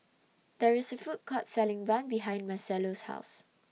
There IS A Food Court Selling Bun behind Marcelo's House